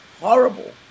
horrible